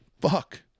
fuck